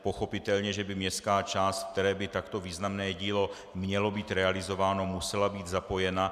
Pochopitelně že by městská část, ve které by takto významné dílo mělo být realizováno, musela být zapojena.